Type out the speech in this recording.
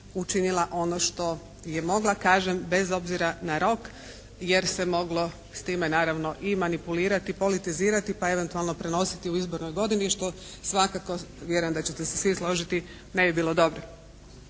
učinila ono što je mogla, kažem bez obzira na rok, jer se moglo s time naravno i manipulirati, politizirati, pa eventualno prenositi u izbornoj godini, što svakako vjerujem da ćete se svi složiti ne bi bilo dobro.